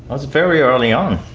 was very early on.